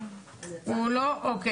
מאל-קסום, בבקשה, הוא לא איתנו?